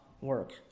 work